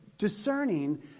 discerning